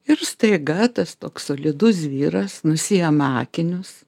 ir staiga tas toks solidus vyras nusiima akinius